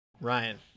Ryan